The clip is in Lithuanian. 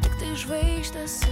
tiktai žvaigždės